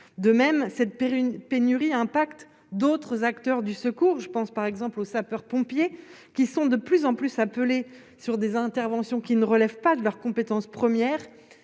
de même cette une pénurie impact d'autres acteurs du secours, je pense par exemple aux sapeurs-pompiers qui sont de plus en plus appeler sur des interventions qui ne relève pas de leur compétence première